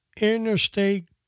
interstate